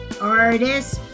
artist